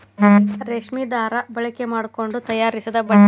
ರೇಶ್ಮಿ ದಾರಾ ಬಳಕೆ ಮಾಡಕೊಂಡ ತಯಾರಿಸಿದ ಬಟ್ಟೆ